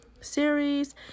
series